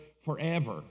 forever